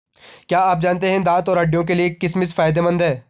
क्या आप जानते है दांत और हड्डियों के लिए किशमिश फायदेमंद है?